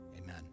amen